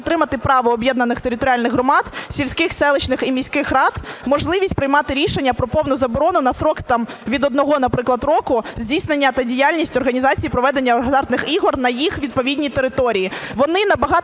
підтримати право об'єднаних територіальних громад, сільських, селищних і міських рад можливість приймати рішення про повну заборону на строк від 1, наприклад, року здійснення та діяльність організації проведення азартних ігор на їх відповідній території. Вони набагато